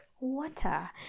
water